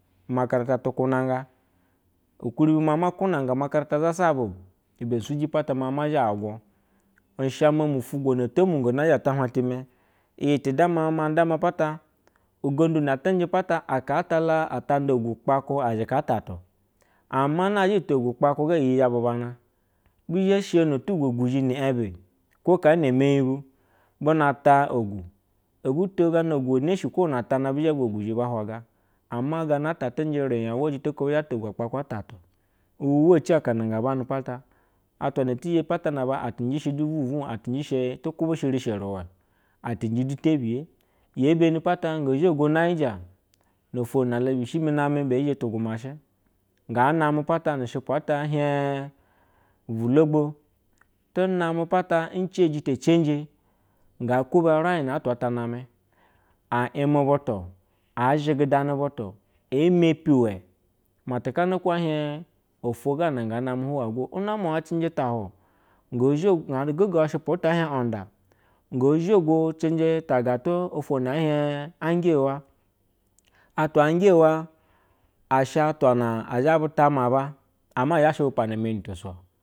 Makarata tu nanga ukuri ma kuna makarata zasabo, ibe suji apata ma ma zha ugulu nshama mu fwo na oto mongo nazhe ata ha itime, iyine mandame iyi tu dama manda pata ugondu na atise pata ata nda la ogu kpakwa azina atatu, ama nazhe to ogu npaku ga iyi zha bu bana bisho no tugo iguzhi ni ebu lewtav ba eme yi bu buta ogu obuto gona ula eneshi ko ana tana bizhe ve guxhi buna hwaga, ama gana ta nje riya uwa jita ku bizhe bata ogu kpateu otatu uwa ci akana nga atishe oju vuvus a tishe tukushe rishe ruwai, ati ime tebiye gebeni apata ngo zhogo naja no two la beshimi bizhe tu gumashenga name pata mushupu ata eheen ugula gbo tuname pata ce sata cenje, ga kuna raina atwa name a ime butu matukan ko e hie oto, gana name huyego namma cinji ta a hun gagava shupu ata ehie onda cinjeta agatu oto na ezhie anje wa atwa anjewa, atwa na azhe bu ta maba ama azhashi mabu pana meni matusoo